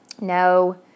No